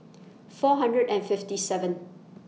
four hundred and fifty seven